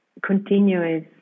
continuous